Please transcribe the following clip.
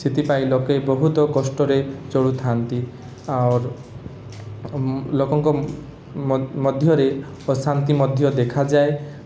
ସେଥିପାଇଁ ଲୋକେ ବହୁତ କଷ୍ଟରେ ଚଳୁଥାଆନ୍ତି ଆଉ ଲୋକଙ୍କ ମଧ୍ୟରେ ଅଶାନ୍ତି ମଧ୍ୟ ଦେଖାଯାଏ